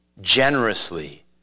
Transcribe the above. generously